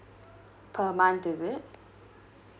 per month is it